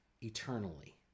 eternally